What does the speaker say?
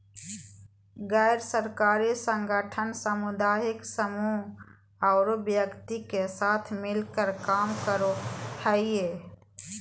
गैर सरकारी संगठन सामुदायिक समूह औरो व्यक्ति के साथ मिलकर काम करो हइ